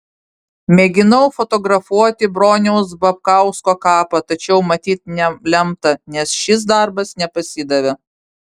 mėginau fotografuoti broniaus babkausko kapą tačiau matyt nelemta nes šis darbas nepasidavė